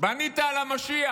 בנית על המשיח,